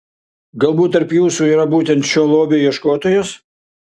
galbūt tarp jūsų yra būtent šio lobio ieškotojas